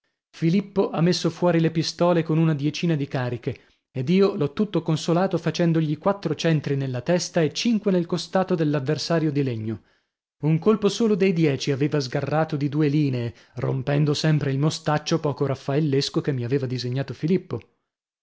filippo ha messo fuori le pistole con una diecina di cariche ed io l'ho tutto consolato facendogli quattro centri nella testa e cinque nel costato dell'avversario di legno un colpo solo dei dieci aveva sgarrato di due linee rompendo sempre il mostaccio poco raffaellesco che mi aveva disegnato filippo